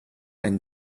and